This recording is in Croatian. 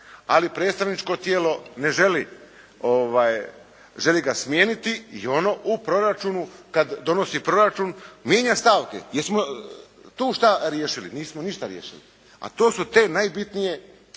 ali predstavničko tijelo ne želi, želi ga smijeniti i ono u proračunu kad donosi proračun mijenja stavke. Jesmo tu šta riješili? Nismo ništa riješili, a to su te najbitnije